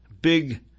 big